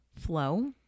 Flow